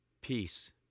Peace